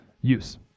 use